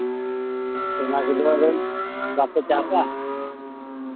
ᱚᱱᱟ ᱜᱮ ᱱᱚᱣᱟ ᱫᱚᱧ ᱪᱟᱥᱟᱠᱟᱜᱼᱟ ᱥᱮ